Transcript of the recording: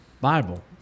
Bible